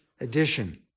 edition